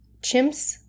chimps